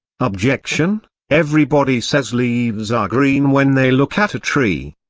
objection everybody says leaves are green when they look at a tree.